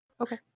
Okay